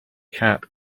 cat